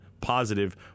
positive